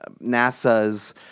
NASA's